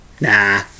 Nah